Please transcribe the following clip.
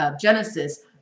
genesis